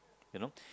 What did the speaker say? you know